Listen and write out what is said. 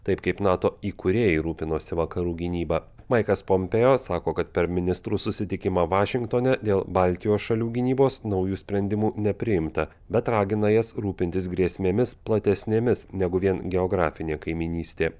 taip kaip nato įkūrėjai rūpinosi vakarų gynyba maikas pompeo sako kad per ministrų susitikimą vašingtone dėl baltijos šalių gynybos naujų sprendimų nepriimta bet ragina jas rūpintis grėsmėmis platesnėmis negu vien geografinė kaimynystė